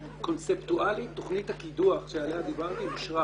קונספטואלית תוכנית הקידוח עליה דיברתי אושרה